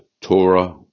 Torah